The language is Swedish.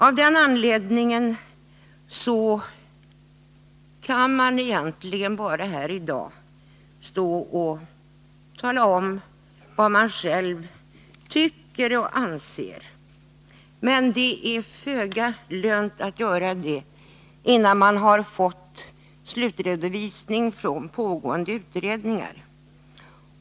Av den anledningen kan man egentligen i dag bara tala om vad man själv tycker, i väntan på slutredovisningen av pågående utredningar.